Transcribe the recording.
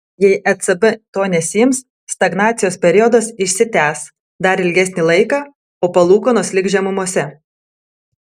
jei ecb to nesiims stagnacijos periodas išsitęs dar ilgesnį laiką o palūkanos liks žemumose